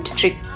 trick